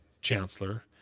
Chancellor